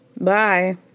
bye